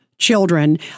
Children